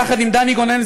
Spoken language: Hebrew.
יחד עם דני גונן,